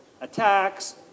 Attacks